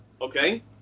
okay